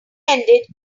ended